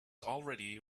already